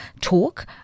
Talk